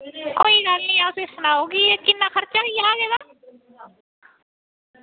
कोई गल्ल निं अं'ऊ सनाई ओड़गी बस एह्दा खर्चा किन्ना